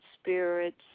spirits